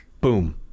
boom